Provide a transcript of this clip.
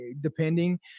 depending